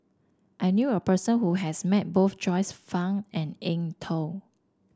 I knew a person who has met both Joyce Fan and Eng Tow